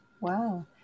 Wow